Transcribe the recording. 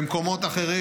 במקומות אחרים,